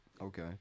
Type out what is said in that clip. okay